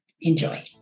enjoy